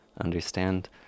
understand